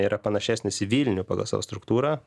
yra panašesnis į vilnių pagal savo struktūrą